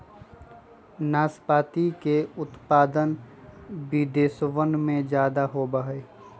नाशपाती के उत्पादन विदेशवन में ज्यादा होवा हई